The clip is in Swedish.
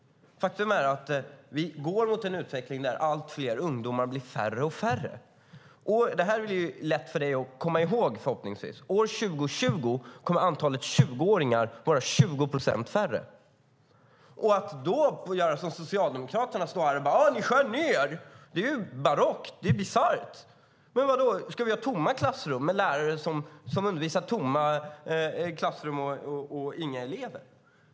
Vi går mot en utveckling där ungdomarna blir allt färre. Följande är förhoppningsvis lätt för dig att komma ihåg: År 2020 kommer antalet 20-åringar att vara 20 procent färre. Att då göra som Socialdemokraterna och vara upprörd över att platserna skärs ned och påstå att det är barockt, bisarrt. Men vaddå? Ska vi ha tomma klassrum, lärare som står i tomma klassrum och undervisar?